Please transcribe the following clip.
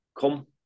come